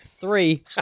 three